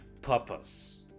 purpose